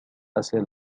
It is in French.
assez